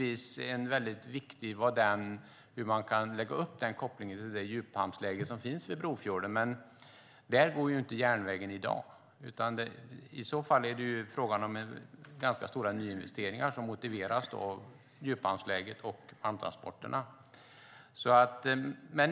Det är naturligtvis viktigt hur man lägger upp kopplingen till den djuphamn som finns i Brofjorden, men där går inte järnvägen i dag. I så fall blir det fråga om ganska stora nyinvesteringar som motiveras av djuphamnsläget och hamntransporterna.